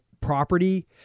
property